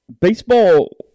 Baseball